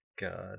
God